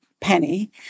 penny